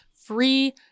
free